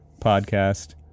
podcast